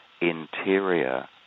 interior